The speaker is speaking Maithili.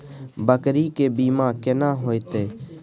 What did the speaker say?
बकरी के बीमा केना होइते?